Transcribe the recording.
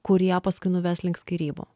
kurie paskui nuves link skyrybų